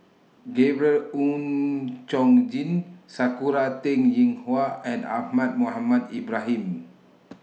Gabriel Oon Chong Jin Sakura Teng Ying Hua and Ahmad Mohamed Ibrahim